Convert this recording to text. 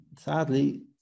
sadly